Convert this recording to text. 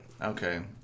Okay